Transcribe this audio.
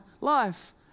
life